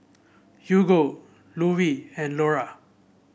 Hugo Lovie and Lora